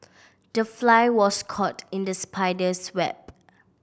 the fly was caught in the spider's web